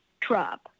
Trump